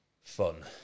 fun